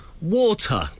Water